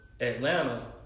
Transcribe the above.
Atlanta